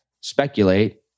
speculate